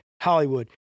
Hollywood